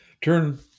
Turn